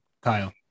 Kyle